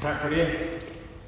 Tak for det.